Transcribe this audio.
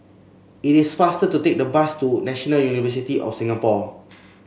it is faster to take the bus to National University of Singapore